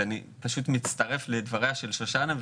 ואני פשוט מצטרף לדבריה של שושנה,